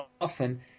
often